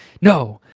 no